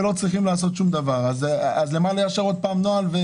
ולא צריכים לעשות שום דבר אז למה לאשר שוב נוהל?